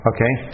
Okay